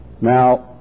Now